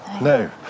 no